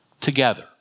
together